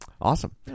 Awesome